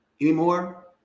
anymore